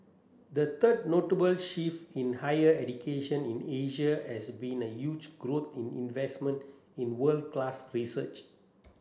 the third notable shift in higher education in Asia has been a huge growth in investment in world class research